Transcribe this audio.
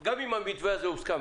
גם אם המתווה הזה היה מוסכם,